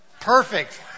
Perfect